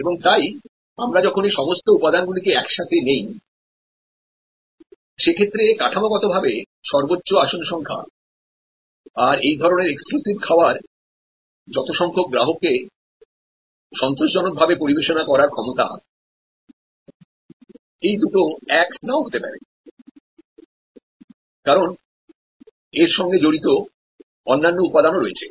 এবং তাই আমরা যখন এই সমস্ত উপাদানগুলিকে এক সাথে নেই সে ক্ষেত্রে কাঠামোগতভাবে সর্বোচ্চ আসন সংখ্যা আর এই ধরনের এক্সক্লুসিভ খাবারযত সংখ্যক গ্রাহককে সন্তোষজনকভাবে পরিবেশনা করার ক্ষমতা এই দুটো এক নাও হতে পারে উল্লেখ করুন 1204 কারণ এর সঙ্গে জড়িত অন্যান্য উপাদান রয়েছে